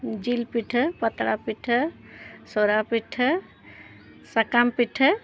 ᱡᱤᱞ ᱯᱤᱴᱷᱟᱹ ᱯᱟᱛᱲᱟ ᱯᱤᱴᱷᱟᱹ ᱥᱚᱨᱤᱴᱷᱟᱹ ᱥᱟᱠᱟᱢ ᱯᱤᱴᱷᱟᱹ